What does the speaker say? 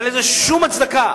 אין לזה שום הצדקה,